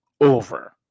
over